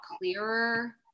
clearer